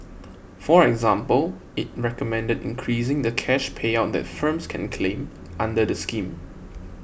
for example it recommended increasing the cash payout that firms can claim under the scheme